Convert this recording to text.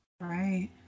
right